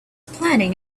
planning